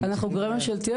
אנחנו גורם ממשלתי,